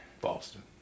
Boston